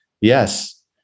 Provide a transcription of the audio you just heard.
yes